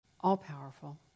all-powerful